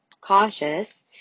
cautious